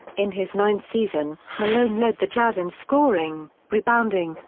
in his ninth season, malone led the jazz in scoring, rebounding,